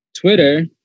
Twitter